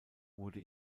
wurde